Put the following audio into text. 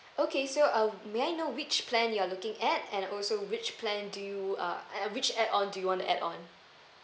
okay so uh may I know which plan you're looking at and also which plan do you uh uh which add on do you want to add on